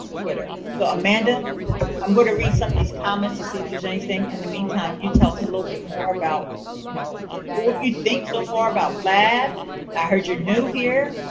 twitter. so, amanda i'm going to read some of these comments to see if there's anything in the meantime. you tell us a little bit more about you know what you think so far about bab and i heard you are new here?